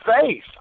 face